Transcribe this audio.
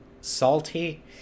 salty